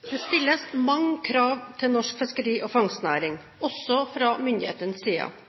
Det stilles mange krav til norsk fiskeri- og fangstnæring, også fra myndighetenes side.